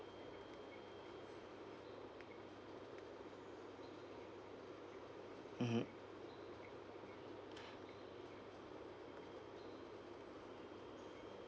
mmhmm